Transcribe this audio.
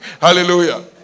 Hallelujah